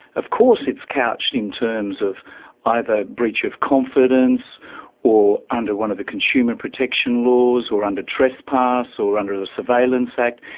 of course it's couched in terms of either breach of confidence or under one of the consumer protection laws, or under trespass, or under the surveillance act.